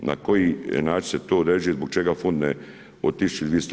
Na koji način se to određuje, zbog čega fond od 1200.